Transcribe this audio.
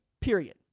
period